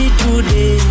today